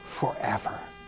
forever